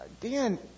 Dan